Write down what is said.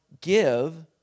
give